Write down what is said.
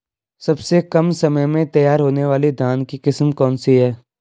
सबसे कम समय में तैयार होने वाली धान की किस्म कौन सी है?